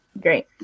great